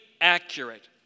accurate